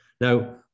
Now